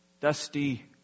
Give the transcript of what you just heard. Dusty